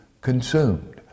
consumed